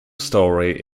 story